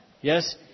Yes